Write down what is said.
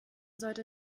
sollte